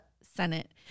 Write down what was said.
Senate